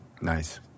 Nice